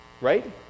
Right